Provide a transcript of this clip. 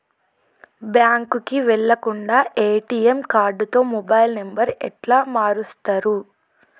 బ్యాంకుకి వెళ్లకుండా ఎ.టి.ఎమ్ కార్డుతో మొబైల్ నంబర్ ఎట్ల మారుస్తరు?